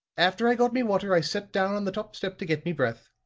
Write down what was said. after i got me water, i set down on the top step to get me breath.